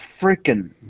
freaking